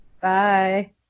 Bye